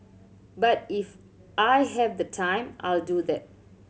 but if I have the time I'll do that